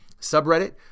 subreddit